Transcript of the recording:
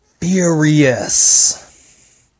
furious